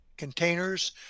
containers